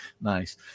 Nice